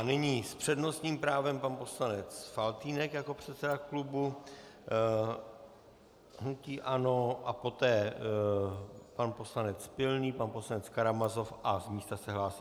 Nyní s přednostním právem pan poslanec Faltýnek jako předseda klubu hnutí ANO, poté pan poslanec Pilný, pan poslanec Karamazov a z místa se hlásí...